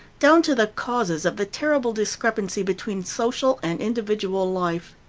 down to the causes of the terrible discrepancy between social and individual life.